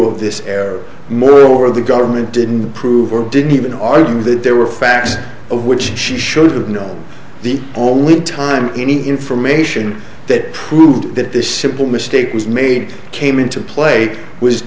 of this error moreover the government didn't approve or didn't even argue that there were facts of which she showed no the only time any information that proved that this simple mistake was made came into play was